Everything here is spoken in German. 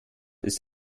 ist